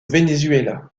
venezuela